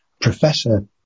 professor